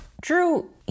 Drew